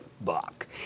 buck